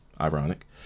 ironic